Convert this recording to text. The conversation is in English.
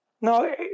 No